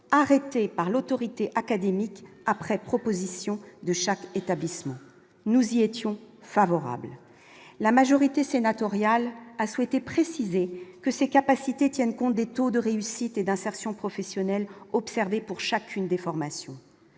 arrêtés par l'autorité académique après proposition de chaque établissement, nous y étions favorables, la majorité sénatoriale a souhaité préciser que ces capacités tiennent compte des taux de réussite et d'insertion professionnelle observer pour chacune des formations